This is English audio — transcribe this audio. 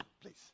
please